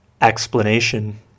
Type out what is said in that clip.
Explanation